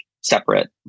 separate